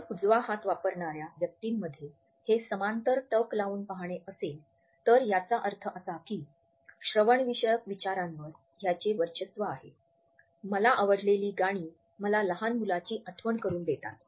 जर उजवा हात वापरणाऱ्या व्यक्तीमध्ये हे समांतर टक लावून पाहणे असेल तर याचा अर्थ असा की श्रवणविषयक विचारांवर ह्याचे वर्चस्व आहे मला आवडलेली गाणी मला लहान मुलाची आठवण करून देतात